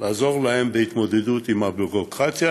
בהתמודדות עם הביורוקרטיה,